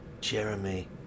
Jeremy